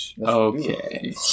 Okay